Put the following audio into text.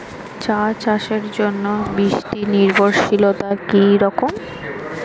চা চাষের জন্য বৃষ্টি নির্ভরশীলতা কী রকম?